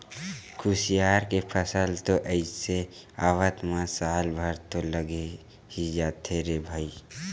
खुसियार के फसल तो अइसे आवत म साल भर तो लगे ही जाथे रे भई